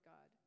God